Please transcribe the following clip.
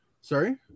Sorry